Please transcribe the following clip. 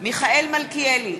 מיכאל מלכיאלי,